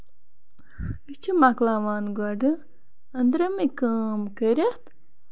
أسۍ چھِ مۄکلاوان گۄڈٕ أندرِمہِ کٲم کٔرِتھ